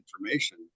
information